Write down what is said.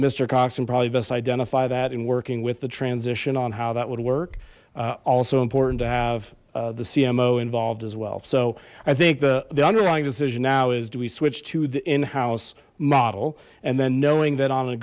er cox can probably best identify that in working with the transition on how that would work also important to have the cmo involved as well so i think the the underlying decision now is do we switch to the in house model and then knowing that on a